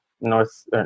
North